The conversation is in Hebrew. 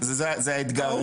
זה האתגר הראשוני.